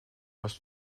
was